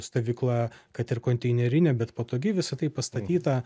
stovykla kad ir konteinerinė bet patogi visa tai pastatyta